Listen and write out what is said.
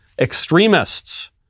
extremists